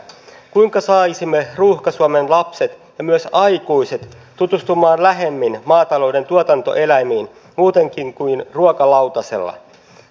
kuinka saisimme ruuhka suomen lapset ja myös aikuiset tutustumaan lähemmin maatalouden tuotantoeläimiin muutenkin kuin ruokalautasella